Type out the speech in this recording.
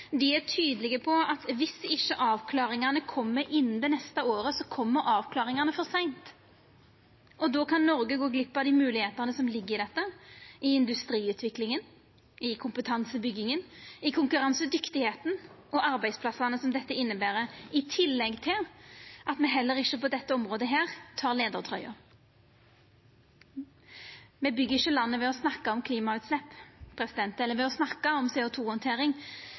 dei er tydelege på at viss ikkje avklaringane kjem i løpet av det neste året, kjem avklaringane for seint. Då kan Noreg gå glipp av dei moglegheitene som ligg i dette i industriutviklinga, i kompetansebygginga, i konkurransedugleiken og arbeidsplassane som dette inneber – i tillegg til at me heller ikkje på dette området tek leiartrøya. Me byggjer ikkje landet ved å snakka om klimautslepp eller ved å snakka om